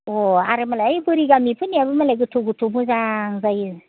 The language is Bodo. अ आरो मालाय ओइ बोरि गामि फोरनियाबो मालाय गोथौ गोथौ मोजां जायो